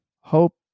hope